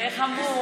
קריאה: איך אמרו?